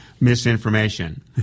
misinformation